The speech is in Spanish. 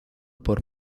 por